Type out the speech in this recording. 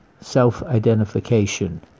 self-identification